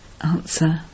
Answer